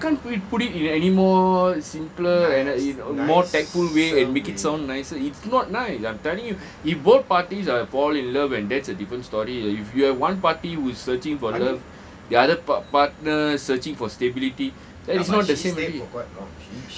I can't put it put it in anymore simpler and in more tactful way and make it sound nicer it's not nice I'm telling you if both parties are fall in love and that's a different story you if you have one party who is searching for love the other part~ partner searching for stability that is not the same already